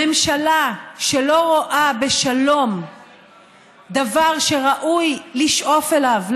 ממשלה שלא רואה בשלום דבר שראוי לשאוף אליו,